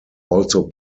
also